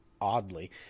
oddly